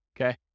okay